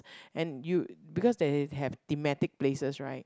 and you because they have thematic places right